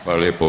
Hvala lijepo.